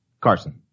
Carson